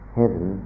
heaven